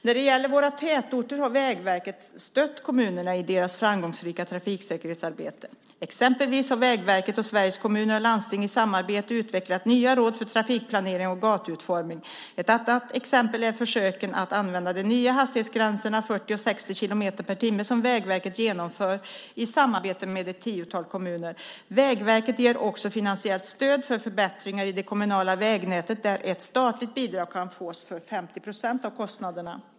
När det gäller våra tätorter har Vägverket stött kommunerna i deras framgångsrika trafiksäkerhetsarbete. Exempelvis har Vägverket och Sveriges Kommuner och Landsting i samarbete utvecklat nya råd för trafikplanering och gatuutformning. Ett annat exempel är försöken att använda de nya hastighetsgränserna 40 och 60 kilometer per timme som Vägverket genomför i samarbete med ett tiotal kommuner. Vägverket ger också finansiellt stöd till förbättringar i det kommunala vägnätet där ett statligt bidrag kan fås för 50 % av kostnaderna.